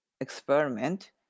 experiment